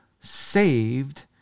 saved